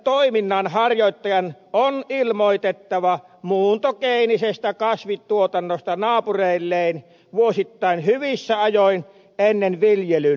toiminnanharjoittajan on ilmoitettava muuntogeenisestä kasvituotannosta naapureilleen vuosittain hyvissä ajoin ennen viljelyn aloittamista